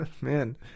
man